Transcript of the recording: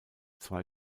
zwei